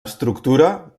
estructura